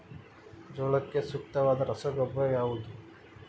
ಜೋಳಕ್ಕೆ ಸೂಕ್ತವಾದ ರಸಗೊಬ್ಬರ ಯಾವುದು?